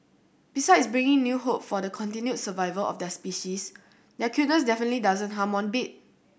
besides bringing new hope for the continued survival of their species their cuteness definitely doesn't harm one bit